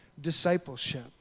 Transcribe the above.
discipleship